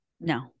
No